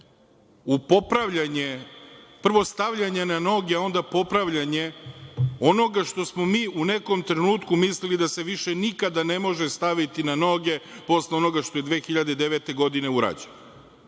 u popravljanje, prvo stavljanje na noge, a onda popravljanje onoga što smo mi u nekom trenutku mislili da se više nikad ne može staviti na noge posle onoga što je 2009. godine urađeno.